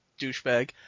douchebag